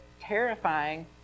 terrifying